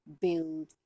build